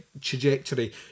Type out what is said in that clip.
trajectory